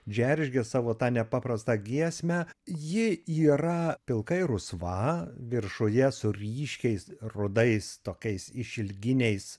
džeržgia savo tą nepaprastą giesmę ji yra pilkai rusva viršuje su ryškiais rudais tokiais išilginiais